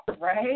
right